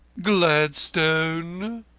gladstone!